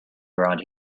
around